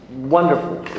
wonderful